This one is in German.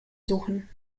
suchen